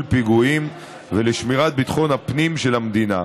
פיגועים ולשמירת ביטחון הפנים של המדינה,